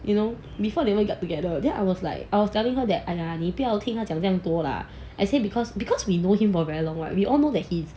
you know before they even got together then I was like I was telling her that !hanna! 你不要听他讲这样多 lah as it because because we know him for very long right we all know that he